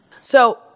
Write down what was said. So-